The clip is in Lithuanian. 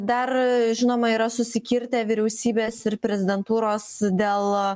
dar žinoma yra susikirtę vyriausybės ir prezidentūros dėl